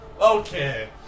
Okay